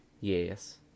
Yes